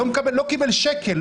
הוא לא קיבל שקל,